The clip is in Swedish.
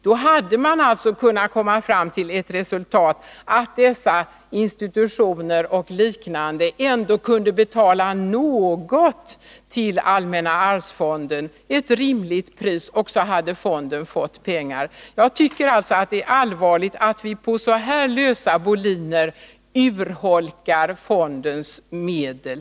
Då hade man kunnat komma fram till att institutioner och andra mottagare ändå betalade något till allmänna arvsfonden — ett rimligt pris. Jag tycker alltså att det är allvarligt att på så här lösa boliner urholka fondens medel.